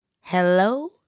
Hello